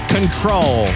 Control